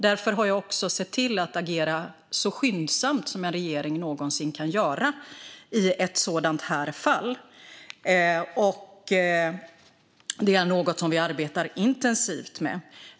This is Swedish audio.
Därför har jag också sett till att agera så skyndsamt som en regering någonsin kan göra i ett sådant här fall. Det är något som vi arbetar intensivt med.